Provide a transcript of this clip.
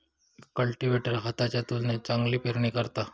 cultivator हाताच्या तुलनेत चांगली पेरणी करता